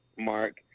mark